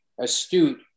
astute